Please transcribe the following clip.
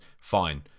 Fine